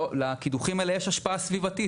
ולקידוחים האלה יש השפעה סביבתית,